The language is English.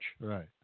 right